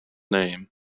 name